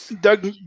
Doug